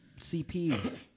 CP